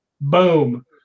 Boom